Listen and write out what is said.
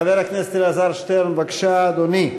חבר הכנסת אלעזר שטרן, בבקשה, אדוני.